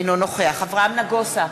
אינו נוכח אברהם נגוסה,